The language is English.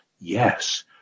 yes